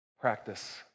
practice